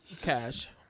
cash